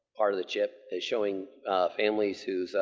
part of the chip, is showing families who